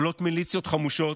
עולות מיליציות חמושות,